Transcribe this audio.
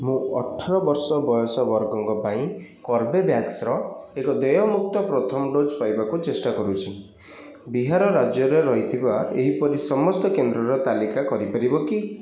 ମୁଁ ଅଠର ବର୍ଷ ବୟସ ବର୍ଗଙ୍କ ପାଇଁ କର୍ବେଭ୍ୟାକ୍ସର ଏକ ଦେୟଯୁକ୍ତ ପ୍ରଥମ ଡୋଜ୍ ପାଇବାକୁ ଚେଷ୍ଟା କରୁଛି ବିହାର ରାଜ୍ୟରେ ରହିଥିବା ଏହିପରି ସମସ୍ତ କେନ୍ଦ୍ରର ତାଲିକା କରିପାରିବ କି